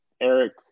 Eric